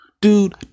Dude